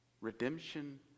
Redemption